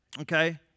okay